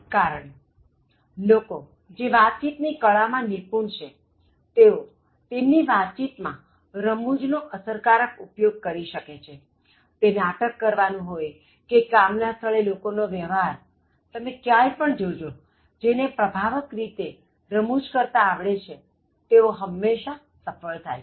કારણ લોકોજે વાતચીત ની કળા માં નિપુણ છે તેઓ તેમની વાતચીત માં રમૂજ નો અસરકારક ઉપયોગ કરી શકે છે તે નાટક કરવાનું હોય કે કામ ના સ્થળે લોકો સાથેનો વ્યવહાર તમે ક્યાંય પણ જોજો જેને પ્રભાવક રીતે રમૂજ કરતા આવડે છે તેઓ હંમેશા સફળ થાય છે